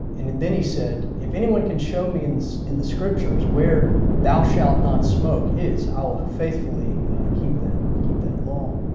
and then he said, if anyone can show me in so in the scripture where thou shalt not smoke is, i will faithfully keep that keep that law.